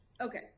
Okay